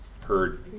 heard